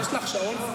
יש לך שעון?